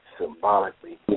symbolically